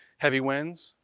heavy winds,